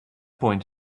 point